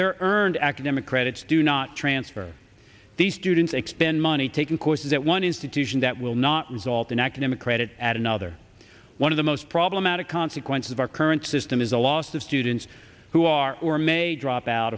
their earned academic credits do not transfer the students expend money taking courses that one institution that will not result in academic credit at another one of the most problematic consequence of our current system is the loss of students who are or may drop out